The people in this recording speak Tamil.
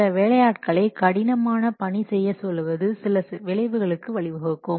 சில வேலையாட்களை கடினமாக பணி செய்ய சொல்வது சில விளைவுகளுக்கு வழிவகுக்கும்